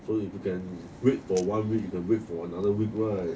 so if you can wait for one week you can wait for another week right